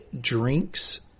drinks